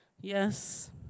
yes